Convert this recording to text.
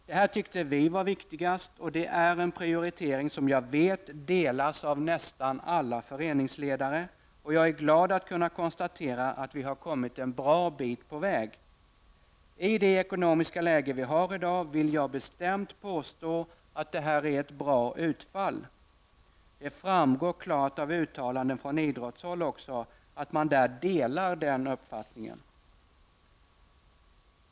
Det här tyckte vi var det viktigaste, och det är en prioritering som jag vet delas av nästan alla föreningsledare. Jag är glad att kunna konstatera att vi har kommit en bra bit på väg. I det ekonomiska läge vi har i dag vill jag bestämt påstå att det här är ett bra utfall. Det framgår också klart av uttalanden från idrottshåll att man där delar den uppfattningen.